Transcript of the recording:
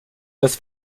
des